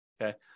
okay